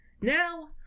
now